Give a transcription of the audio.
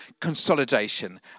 consolidation